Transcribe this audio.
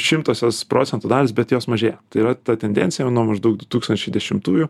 šimtosios procento dalys bet jos mažėja tai yra ta tendencija nuo maždaug du tūkstančiai dešimtųjų